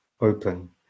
open